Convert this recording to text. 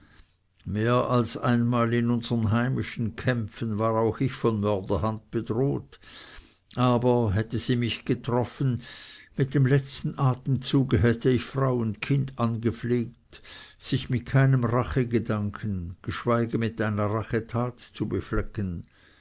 mehr als einmal in unsern heimischen kämpfen war auch ich von mörderhand bedroht aber hätte sie mich getroffen mit dem letzten atemzuge hätte ich frau und kind angefleht sich mit keinem rachegedanken geschweige mit einer rachetat zu beflecken